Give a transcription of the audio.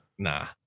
Nah